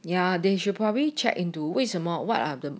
yeah they should probably check into 为什么 what are the